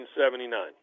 1979